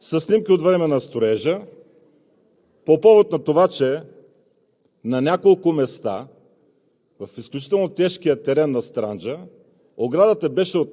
с фалшифицирани снимки, със снимки от времето на строежа по повод на това, че на няколко места